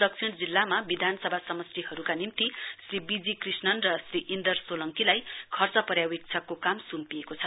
दक्षिण जिल्लामा विधानसभा समस्टिहरुका निम्ति श्री बीजी कृस्णन र श्री इन्दर सोलंकीलाई खर्च पर्यावेक्षकको काम सुम्पिएको छ